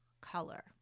color